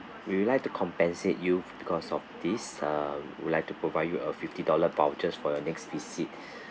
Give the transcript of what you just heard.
we would like to compensate you because of this uh we would like to provide you a fifty dollar vouchers for your next visit